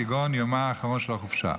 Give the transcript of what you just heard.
כגון יומה האחרון של חופשה.